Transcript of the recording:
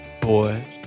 boy